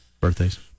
Birthdays